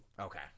Okay